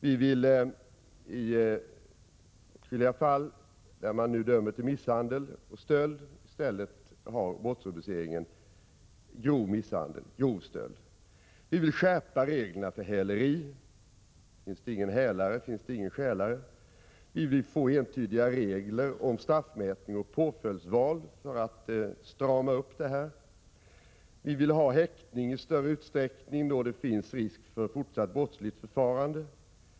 Vi vill i åtskilliga fall, där man nu dömer för misshandel och stöld, ha brottsrubriceringen grov misshandel och grov stöld. Vi vill skärpa reglerna för häleri — finns det ingen hälare, finns det ingen ”stjälare”. Vi vill ha entydiga regler om straffmätning och påföljdsval, som en åtstramning. Vi vill ha häktning i större utsträckning då det finns risk för fortsatt brottsligt förfarande.